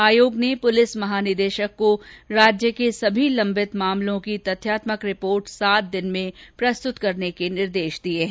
आयोग ने पुलिस महानिदेशक को राज्य के सभी लंबित मामलों की तथ्यात्मक रिपोर्ट सात दिन में प्रस्तुत करने के निर्देश दिये हैं